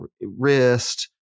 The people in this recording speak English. wrist